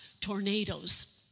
tornadoes